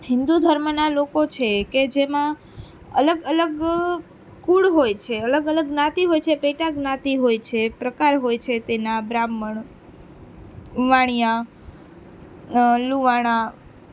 હિન્દુ ધર્મના લોકો છે કે જેમાં અલગ અલગ કુળ હોય છે અલગ અલગ જ્ઞાતિ હોય છે પેટા જ્ઞાતિ હોય છે પ્રકાર હોય છે તેના બ્રાહ્મણ વાણિયા લુહાણા